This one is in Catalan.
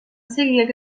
seguir